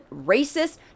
racist